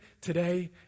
today